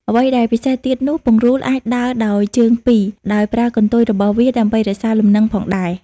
អ្វីដែលពិសេសទៀតនោះ ពង្រូលអាចដើរដោយជើងពីរ ដោយប្រើកន្ទុយរបស់វាដើម្បីរក្សាលំនឹងផងដែរ។